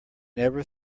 never